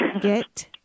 get